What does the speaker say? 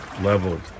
leveled